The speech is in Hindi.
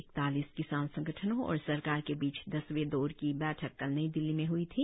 इकतालीस किसान संगठनों और सरकार के बीच दसवें दौर की बैठक कल नई दिल्ली में हई थी